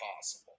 possible